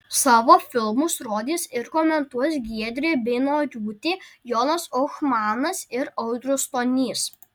savo filmus rodys ir komentuos giedrė beinoriūtė jonas ohmanas ir audrius stonys